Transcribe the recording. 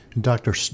Dr